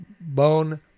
bone